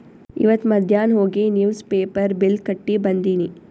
ಇವತ್ ಮಧ್ಯಾನ್ ಹೋಗಿ ನಿವ್ಸ್ ಪೇಪರ್ ಬಿಲ್ ಕಟ್ಟಿ ಬಂದಿನಿ